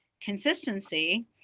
consistency